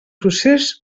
procés